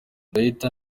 ndahita